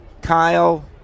Kyle